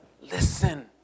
Listen